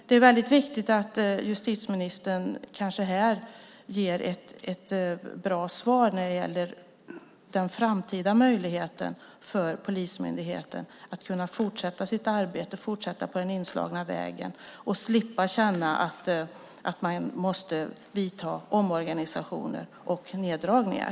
Det är väldigt viktigt att justitieministern här ger ett bra svar när det gäller den framtida möjligheten för polismyndigheten att fortsätta sitt arbete, fortsätta på den inslagna vägen, och slippa känna att man måste genomföra omorganisationer och neddragningar.